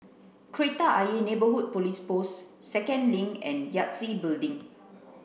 Kreta Ayer Neighbourhood Police Post Second Link and Yangtze Building